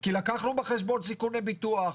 כי לקחנו בחשבון סיכוני ביטוח,